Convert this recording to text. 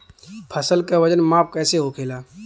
फसल का वजन माप कैसे होखेला?